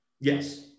Yes